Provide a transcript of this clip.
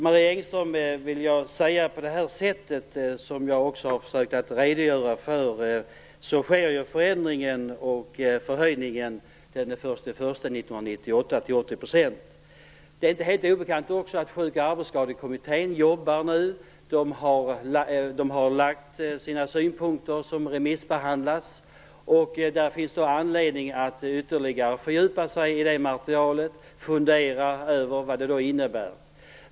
Herr talman! Som jag har försökt redogöra för sker höjningen till 80 % den 1 januari 1998. Det är inte heller helt obekant att Sjuk och arbetsskadekommittén nu har lagt fram sina synpunkter, som remissbehandlas. Det finns anledning att ytterligare fördjupa sig i det materialet och fundera över vad det innebär.